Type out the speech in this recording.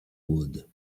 wood